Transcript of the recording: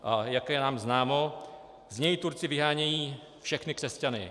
A jak je nám známo, z něj Turci vyhánějí všechny křesťany.